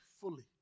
fully